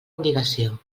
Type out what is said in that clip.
obligació